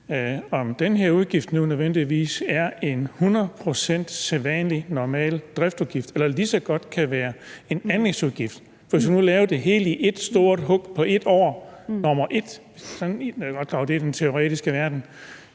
om den her udgift nu nødvendigvis er en hundrede procent sædvanlig, normal driftsudgift, eller om det lige så godt kan være en anlægsudgift. For hvis vi nu lavede det hele i ét stort hug på et år – jeg er godt klar over, at det er i den teoretiske verden